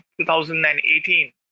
2018